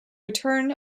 return